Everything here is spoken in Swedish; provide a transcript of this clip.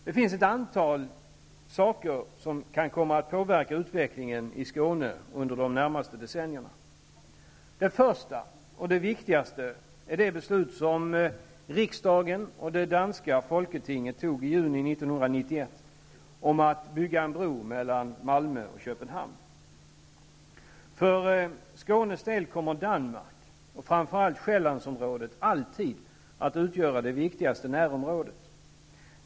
Det finns ett antal saker som kan komma att påverka utvecklingen i Skåne under de närmaste decennierna. Det första och viktigaste är det beslut som riksdagen och det danska folketinget fattade i juni För Skånes del kommer Danmark och framför allt Själlandsområdet att utgöra det viktigaste närområdet.